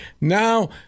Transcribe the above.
Now